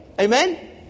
Amen